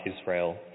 Israel